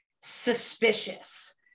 suspicious